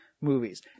movies